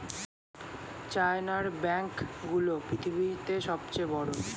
চায়নার ব্যাঙ্ক গুলো পৃথিবীতে সব চেয়ে বড়